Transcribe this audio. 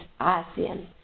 ASEAN